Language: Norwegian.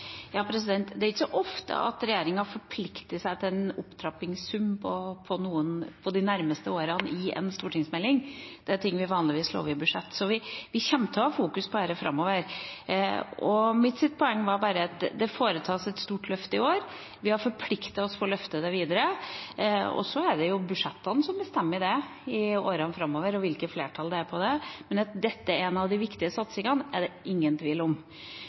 Det er ikke så ofte regjeringa forplikter seg til en opptrappingssum for de nærmeste årene i en stortingsmelding – det er ting vi vanligvis lover i budsjett – så vi kommer til å ha fokus på dette framover. Mitt poeng var at det foretas et stort løft i år. Vi har forpliktet oss til å løfte det videre. Det er budsjettene som bestemmer det i årene framover, og hvilke flertall det er for det, men at dette er en av de viktige satsingene, er det ingen tvil om.